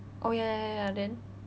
oh ya ya ya ya then